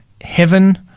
heaven